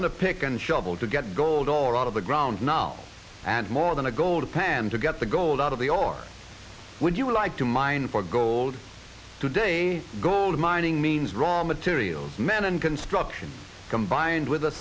than a pick and shovel to get gold all out of the ground now and more than a gold pan to get the gold out of the or would you like to mine for gold today gold mining means raw materials man and construction combined with the